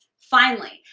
finally,